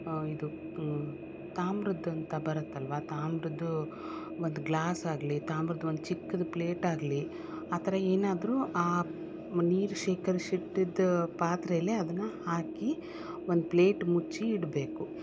ಇದು ತಾಮ್ರದ್ದಂತ ಬರುತ್ತಲ್ವ ತಾಮ್ರದ್ದು ಒಂದು ಗ್ಲಾಸ್ ಆಗಲಿ ತಾಮ್ರದ್ದು ಒಂದು ಚಿಕ್ಕದು ಪ್ಲೇಟ್ ಆಗಲಿ ಆ ಥರ ಏನಾದ್ರೂ ಆ ನೀರು ಶೇಕರ್ಸಿಟ್ಟಿದ್ ಪಾತ್ರೆಯಲ್ಲೆ ಅದನ್ನು ಹಾಕಿ ಒಂದು ಪ್ಲೇಟ್ ಮುಚ್ಚಿ ಇಡಬೇಕು